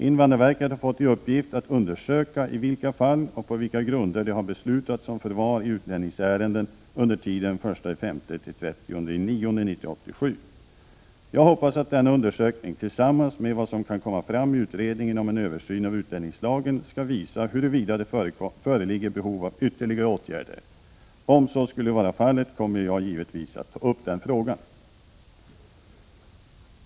Invandrarverket har fått i uppgift att undersöka i vilka fall och på vilka grunder det har beslutats om förvar i utlänningsärenden under tiden den 1 maj — 30 september 1987. Jag hoppas att denna undersökning tillsammans med vad som kan komma fram i utredningen om en översyn av utlänningslagen skall visa huruvida det föreligger behov av ytterligare åtgärder. Om så skulle vara fallet, kommer jag givetvis att ta upp den frågan.